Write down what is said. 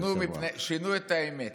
שינו את האמת.